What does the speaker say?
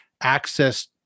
access